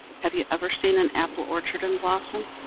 have you ever seen an apple orchard in blossom?